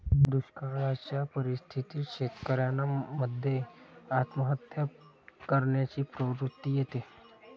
दुष्काळयाच्या परिस्थितीत शेतकऱ्यान मध्ये आत्महत्या करण्याची प्रवृत्ति येते